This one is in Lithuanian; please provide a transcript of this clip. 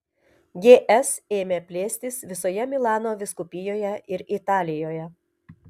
gs ėmė plėstis visoje milano vyskupijoje ir italijoje